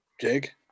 Jake